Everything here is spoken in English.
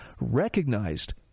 recognized